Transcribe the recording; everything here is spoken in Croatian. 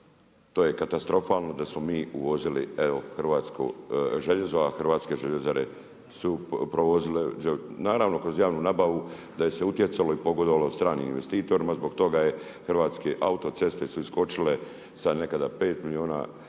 to je katastrofalno, da smo mi uvozili hrvatsko željezo, a hrvatske željezare su provozile. Naravno, kroz javnu nabavu da je se utjecalo i pogodovalo stranim investitorima, zbog toga je hrvatske autoceste su iskočile sa nekada 5 milijuna eura